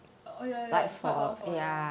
oh ya ya it's quite long for your